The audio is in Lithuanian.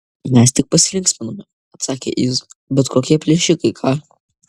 mes tik pasilinksminome atsakė iz bet kokie plėšikai ką